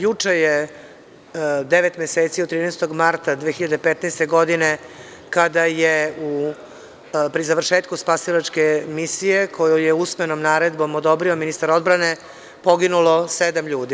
Juče je devet meseci od 13. marta 2015. godine, kada je pri završetku spasilačke misije, koju je usmenom naredbom odobrio ministar odbrane, poginulo sedam ljudi.